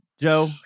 Joe